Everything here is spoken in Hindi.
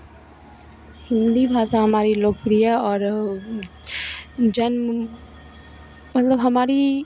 हिन्दी भाषा हमारी लोकप्रिय और जन मुम मतलब हमारी